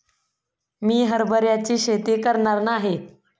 मी हरभऱ्याची शेती करणार नाही